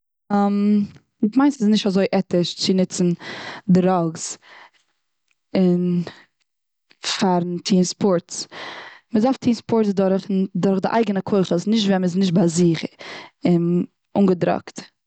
כ'מיין ס'איז נישט אזוי עטיש צו ניצן דראגס, און פארן טון ספארטס. מ'דארף טון ספארטס דורכן, דורך די אייגענע כוחות נישט ווען מ'איז נישט ביי זיך, און אנגעדראגט.